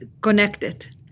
connected